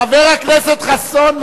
חבר הכנסת חסון,